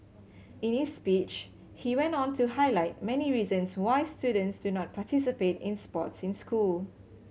in speech he went on to highlight many reasons why students do not participate in sports in school